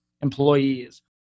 employees